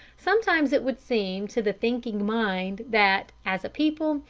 sometimes it would seem to the thinking mind that, as a people,